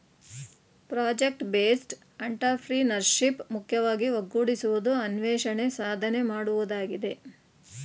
project based entrepreneurship ಮುಖ್ಯವಾಗಿ ಒಗ್ಗೂಡಿಸುವುದು, ಅನ್ವೇಷಣೆ, ಸಾಧನೆ ಮಾಡುವುದಾಗಿದೆ